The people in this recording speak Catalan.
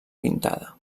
pintada